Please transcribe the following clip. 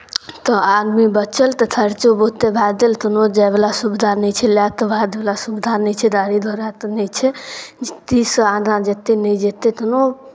तऽ आदमी बचल तऽ थर्चो बहुते भए देल कोनो जायवला सुविधा नहि छै लए तऽ जायवला सुविधा नहि छै दाड़ी धोड़ाते नहि छै तथिसँ आदाँ जेतै नहि जेतै तोनो